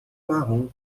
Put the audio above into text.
marrom